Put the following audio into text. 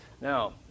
Now